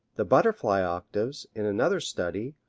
the butterfly octaves, in another study,